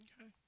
Okay